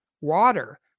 water